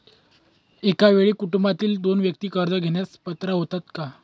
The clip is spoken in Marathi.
एका वेळी कुटुंबातील दोन व्यक्ती कर्ज घेण्यास पात्र होतात का?